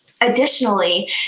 Additionally